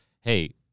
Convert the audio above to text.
hey